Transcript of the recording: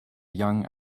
young